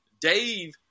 Dave